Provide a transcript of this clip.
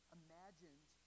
imagined